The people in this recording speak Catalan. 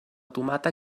tomata